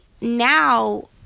now